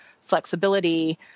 flexibility